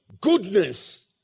goodness